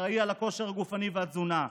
האחראי לכושר הגופני והתזונה,